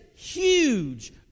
huge